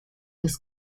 des